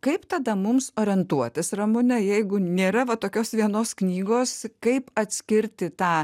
kaip tada mums orientuotis ramune jeigu nėra va tokios vienos knygos kaip atskirti tą